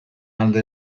alde